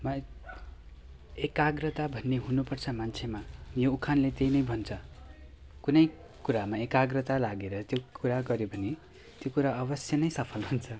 एकाग्रता भन्ने हुनुपर्छ मान्छेमा यो उखानले त्यही नै भन्छ कुनै कुरामा एकाग्रता लागेर त्यो कुरा गऱ्यो भने त्यो कुरा अवश्य नै सफल हुन्छ